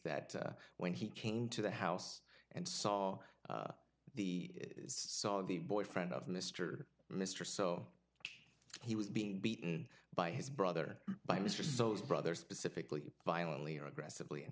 that when he came to the house and saw the saw the boyfriend of mr mr so he was being beaten by his brother by mr solmes brother specifically violently or aggressively